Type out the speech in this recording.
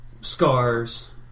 scars